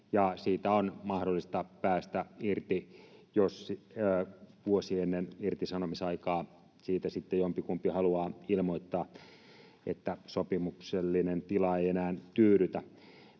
siitä on mahdollista päästä irti, jos vuosi ennen irtisanomisaikaa siitä sitten jompikumpi haluaa ilmoittaa, että sopimuksellinen tila ei enää tyydytä.